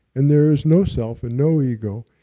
and there's no self, and no ego,